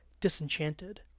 disenchanted